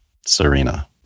Serena